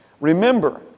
Remember